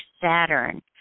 Saturn